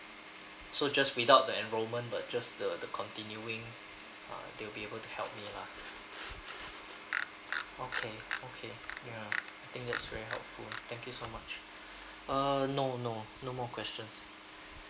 so just without the enrollment but just the the continuing uh they will be able to help me lah okay okay ya I think that's very helpful thank you so much uh no no no more questions